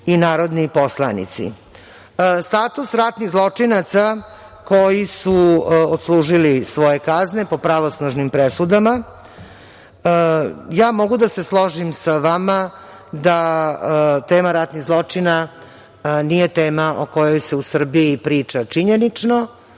i narodni poslanici. Status ratnih zločinaca koji su odslužili svoje kazne po pravosnažnim presudama. Mogu da se složim sa vama da tema ratnih zločina nije tema o kojoj se u Srbiji priča činjenično